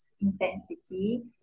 intensity